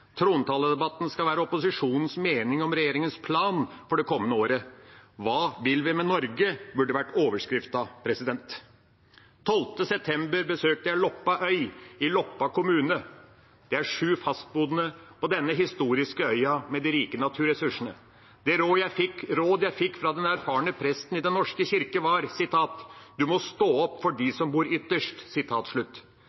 Trontaledebatten skal være opposisjonens mening om regjeringas plan for det kommende året. Hva vil vi med Norge, burde vært overskriften. Den 12. september besøkte jeg Loppa øy i Loppa kommune. Det er sju fastboende på denne historiske øya med de rike naturressursene. Det råd jeg fikk fra den erfarne presten i Den norske kirke, var: Du må stå opp for